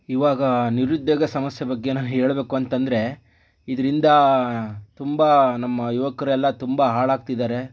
ಇವಾಗ ನಿರುದ್ಯೋಗ ಸಮಸ್ಯೆ ಬಗ್ಗೆ ನಾನು ಹೇಳಬೇಕು ಅಂತಂದರೆ ಇದರಿಂದ ತುಂಬ ನಮ್ಮ ಯುವಕರೆಲ್ಲ ತುಂಬ ಹಾಳಾಗ್ತಿದ್ದಾರೆ